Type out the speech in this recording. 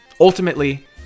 Ultimately